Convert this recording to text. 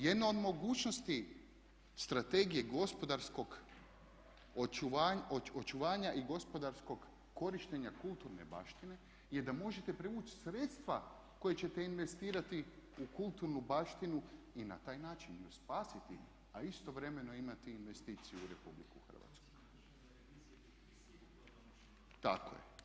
Jedno od mogućnosti strategije gospodarskog očuvanja i gospodarskog korištenja kulturne baštine je da možete privući sredstva koja ćete investirati u kulturnu baštinu i na taj način ju spasiti a istovremeno imati investiciju u RH. … [[Upadica se ne čuje.]] Tako je.